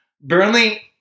Burnley